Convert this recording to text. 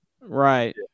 Right